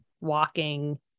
walking